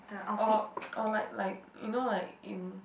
or or like like you know like in